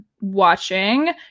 watching